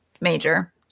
major